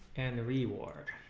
and the reward